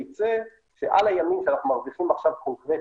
יצא שעל הימים שאנחנו מרווחים עכשיו קונקרטית,